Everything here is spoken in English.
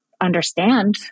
understand